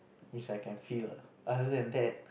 which I can feel other than that